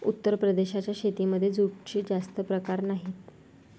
उत्तर प्रदेशाच्या शेतीमध्ये जूटचे जास्त प्रकार नाही